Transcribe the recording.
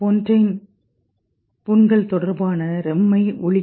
பொன்டைன் புண்கள் தொடர்பான ரெம்மை ஒழிக்கும்